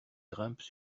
grimpent